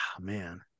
man